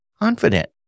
confident